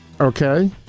okay